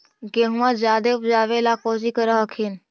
गेहुमा जायदे उपजाबे ला कौची कर हखिन?